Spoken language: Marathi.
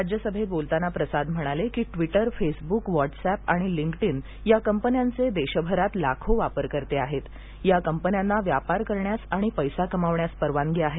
राज्यसभेत बोलताना प्रसाद म्हणाले की ट्वीटर फेसब्रक व्हॉट्अॅप आणि लिंक्डइन या कंपन्यांचे देशभरात लाखो वापरकर्ते आहेत या कंपन्यांना व्यापार करण्यास आणि पैसा कमावण्यास परवानगी आहे